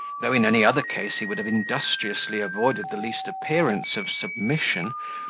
though in any other case he would have industriously avoided the least appearance of submission,